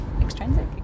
extrinsic